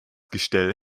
gestell